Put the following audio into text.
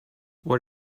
what